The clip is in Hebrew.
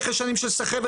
אחרי שנים של סחבת,